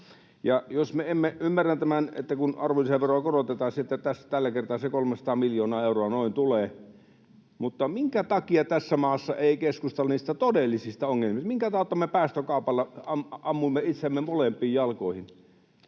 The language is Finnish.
tarkoittaa. Ymmärrän tämän, että kun arvonlisäveroa korotetaan, sieltä tällä kertaa se noin 300 miljoonaa euroa tulee. Mutta minkä takia tässä maassa ei keskustella niistä todellisista ongelmista? Minkä tautta me päästökaupalla ammumme itseämme molempiin jalkoihin?